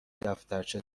دفترچه